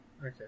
Okay